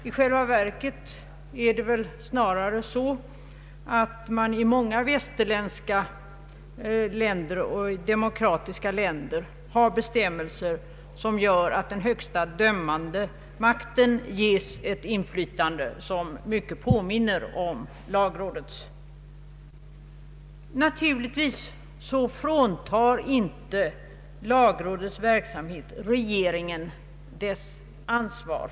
I själva verket är det väl snarare så att man i många västerländska demokratiska länder har bestämmelser som gör att den högsta dömande makten ges ett inflytande som mycket påminner om lagrådets. Naturligtvis fråntar inte lagrådets verksamhet regeringen dess ansvar.